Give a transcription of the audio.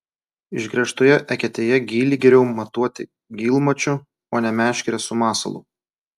išgręžtoje eketėje gylį geriau matuoti gylmačiu o ne meškere su masalu